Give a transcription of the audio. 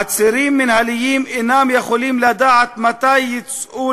עצירים מינהליים אינם יכולים לדעת מתי יצאו